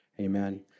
amen